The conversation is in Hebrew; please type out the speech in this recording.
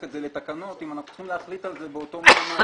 את זה לתקנות אם אנחנו צריכים להחליט על זה באותו מועד.